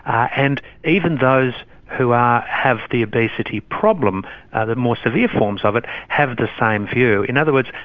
and even those who ah have the obesity problem, the more severe forms of it, have the same view. in other words,